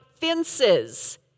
fences